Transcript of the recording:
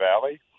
Valley